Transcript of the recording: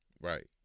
Right